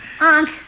Unc